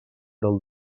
del